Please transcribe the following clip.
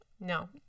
No